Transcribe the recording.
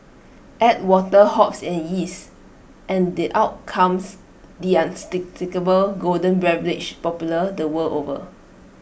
add water hops and yeast and the out comes the unmistakable golden beverage popular the world over